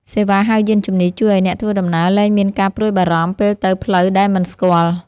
សេវាហៅយានជំនិះ ជួយឱ្យអ្នកធ្វើដំណើរលែងមានការព្រួយបារម្ភពេលទៅផ្លូវដែលមិនស្គាល់។